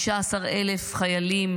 15,000 חיילים